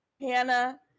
Hannah